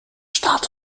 staat